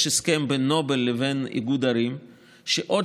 יש הסכם בין נובל לבין איגוד ערים שעוד